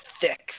thick